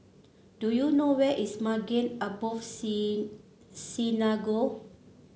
do you know where is Maghain Aboth Sy Synagogue